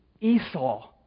Esau